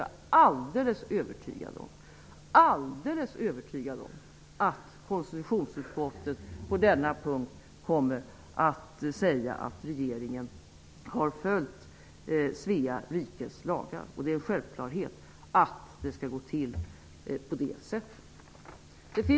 Jag är alldeles övertygad om att konstitutionsutskottet på denna punkt kommer att säga att regeringen har följt Svea rikes lagar. Det är självklart att det skall gå till på det sättet.